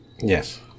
Yes